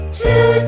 two